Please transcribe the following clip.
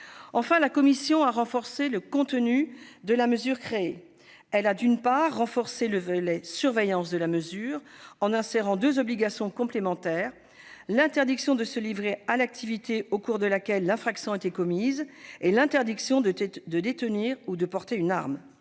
Enfin, la commission a renforcé le contenu de la mesure créée. Elle a, d'une part, renforcé le volet « surveillance » de la mesure, en insérant deux obligations complémentaires : l'interdiction de se livrer à l'activité au cours de laquelle l'infraction a été commise et l'interdiction de détenir ou de porter une arme.